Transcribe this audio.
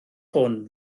hwn